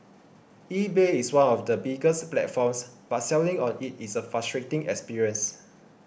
eBay is one of the biggest platforms but selling on it is a frustrating experience